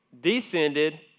descended